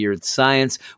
Science